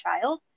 child